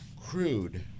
crude